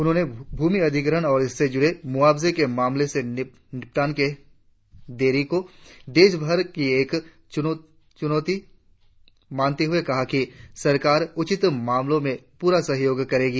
उन्होंने भूमि अधिग्रहण और उससे जुड़े मुआवाजे के मामले के निपटान में देरी को देशभर में एक चुनौती मानते हुए कहा कि सरकार उचित मांलों में पूरा सहयोग करेगी